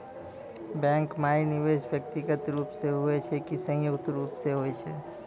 Bank माई निवेश व्यक्तिगत रूप से हुए छै की संयुक्त रूप से होय छै?